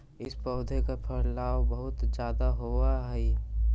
इस पौधे का फैलाव बहुत ज्यादा होवअ हई